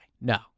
No